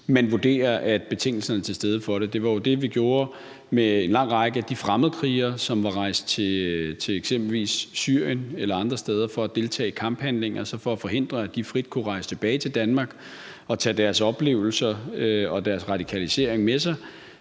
man vurderer, at betingelserne er til stede for det. Det var jo det, vi gjorde med en lang række af de fremmedkrigere, som var rejst til eksempelvis Syrien eller andre steder for at deltage i kamphandlinger. Så for at forhindre, at de frit kunne rejse tilbage til Danmark og tage deres oplevelser og deres radikalisering med sig,